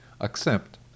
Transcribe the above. accept